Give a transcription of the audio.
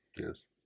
Yes